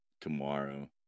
tomorrow